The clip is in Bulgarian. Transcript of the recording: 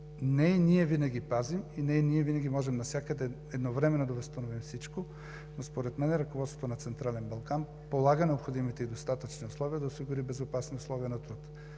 Ние не винаги пазим и ние не винаги можем навсякъде едновременно да възстановим всичко, но според мен ръководството на „Централен Балкан“ полага необходимите и достатъчни условия да осигури безопасни условия на труд.